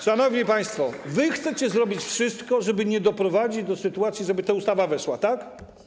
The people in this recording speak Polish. Szanowni państwo, chcecie zrobić wszystko, żeby nie doprowadzić do sytuacji, żeby ta ustawa weszła, tak?